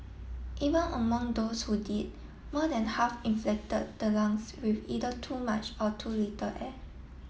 even among those who did more than half inflated the lungs with either too much or too little air